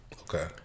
Okay